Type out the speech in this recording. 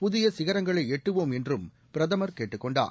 புதிய சிகரங்களை எட்டுவோம் என்றும் பிரதமர் கேட்டுக்கொண்டார்